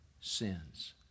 sins